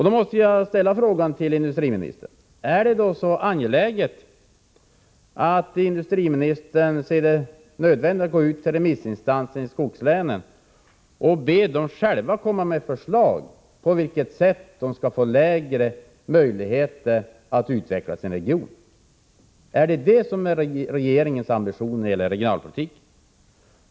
Då måste jag ställa frågan till industriministern: Anser industriministern att det är nödvändigt att gå ut till remissinstanserna i skogslänen och be dem att själva komma med förslag om på vilket sätt de skall få sämre möjligheter att utveckla sin region? Är det regeringens ambition när det gäller regionalpolitiken?